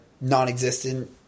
non-existent